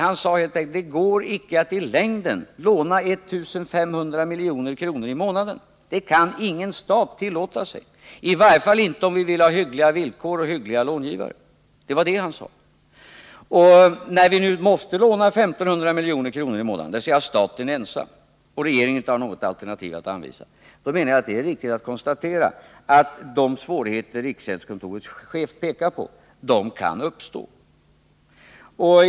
Han sade helt enkelt att det i längden inte går att låna 1 500 milj.kr. i månaden — det kan ingen stat tillåta sig; i varje fall inte om vi vill ha hyggliga villkor och hyggliga långivare. När nu staten ensam måste låna 1 500 milj.kr. i månaden och regeringen inte kan anvisa något alternativ, menar jag att det är riktigt att konstatera att de svårigheter riksgäldskontorets chef pekar på kan uppstå.